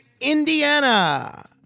Indiana